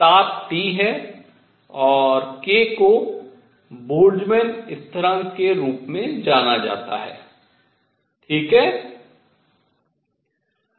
ताप T है और k को बोल्ट्ज़मान स्थिरांक के रूप में जाना जाता है ठीक है